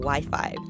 Wi-Fi